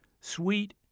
Sweet